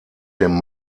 dem